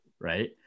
right